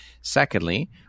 Secondly